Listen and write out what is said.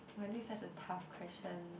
!wah! this is such a tough question